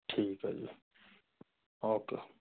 ठीक है जी ओके